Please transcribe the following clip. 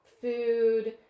food